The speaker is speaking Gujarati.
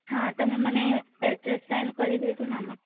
હા તમે મને એડ્રેસ સેન્ડ કરી દેજો ને આમાં